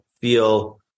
feel